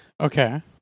Okay